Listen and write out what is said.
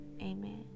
Amen